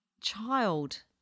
child